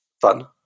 fun